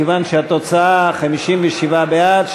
מכיוון שהתוצאה 57 בעד,